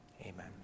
Amen